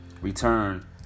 return